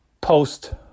post